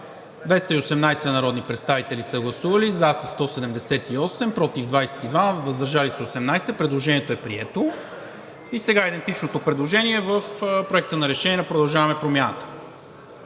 218 народни представители: за 178, против 22, въздържали се 18. Предложението е прието. Сега гласуваме идентичното предложение в Проекта на решение на „Продължаваме Промяната“